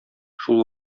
шул